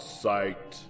sight